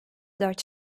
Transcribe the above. dört